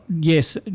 Yes